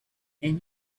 and